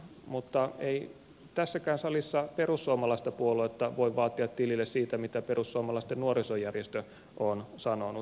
mutta ei tässäkään salissa perussuomalaista puoluetta voi vaatia tilille siitä mitä perussuomalaisten nuorisojärjestö on sanonut